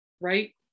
right